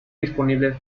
disponibles